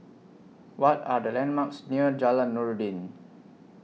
What Are The landmarks near Jalan Noordin